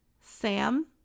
Sam